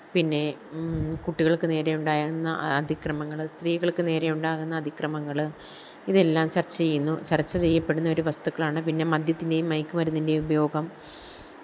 പിന്നെ കുട്ടികള്ക്ക് നേരെയുണ്ടായുന്ന അതിക്രമങ്ങൾ സ്ത്രീകള്ക്കു നേരെയുണ്ടാകുന്ന അതിക്രമങ്ങൾ ഇതെല്ലാം ചര്ച്ച ചെയ്യുന്നു ചര്ച്ച ചെയ്യപ്പെടുന്ന ഒരു വസ്തുക്കളാണ് പിന്നെ മദ്യത്തിന്റെയും മയക്കു മരുന്നിന്റെയും ഉപയോഗം